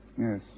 Yes